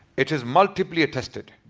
it is multiplied attested.